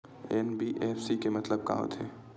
NBFC के मतलब का होथे?